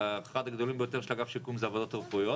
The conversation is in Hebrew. אחד הגדולים ביותר של אגף שיקום זה הוועדות הרפואיות